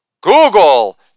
Google